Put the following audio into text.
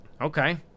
Okay